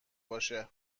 باشه